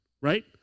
right